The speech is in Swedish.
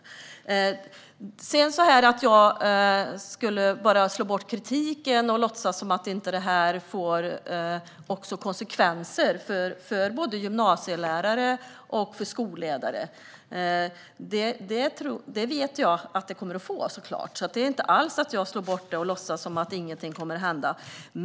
Paula Bieler säger att jag slår ifrån mig kritiken och låtsas som att inte det här får konsekvenser för både gymnasielärare och skolledare. Det vet jag så klart att det kommer att få. Så jag slår inte alls bort det och låtsas som att ingenting kommer att hända.